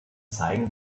zeigen